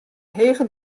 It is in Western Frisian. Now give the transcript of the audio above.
hege